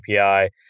API